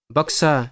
Baksa